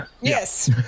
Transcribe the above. yes